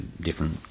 different